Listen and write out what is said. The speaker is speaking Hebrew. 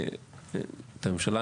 את הממשלה,